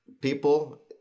people